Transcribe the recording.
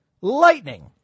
Lightning